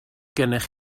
gennych